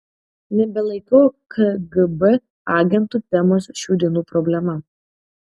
nebelaikau kgb agentų temos šių dienų problema